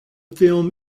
film